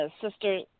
sister